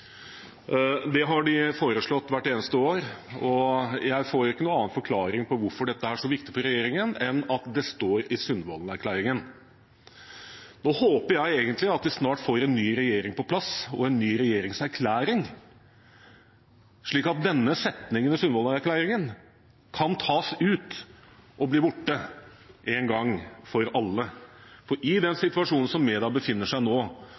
Det har de foreslått hvert eneste år, og jeg får ikke noen annen forklaring på hvorfor dette er så viktig for regjeringen, enn at det står i Sundvolden-erklæringen. Nå håper jeg egentlig at vi snart får en ny regjering på plass og en ny regjeringserklæring, slik at denne setningen i Sundvolden-erklæringen kan tas ut og bli borte en gang for alle. I den situasjonen som media befinner seg i nå,